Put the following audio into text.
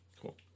Cool